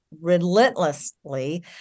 relentlessly